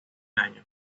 año